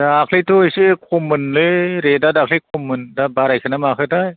दाख्लैथ' एसे खम मोनलै रेटआ दाख्लै खममोन दा बारायखोना माखोथाय